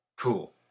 Cool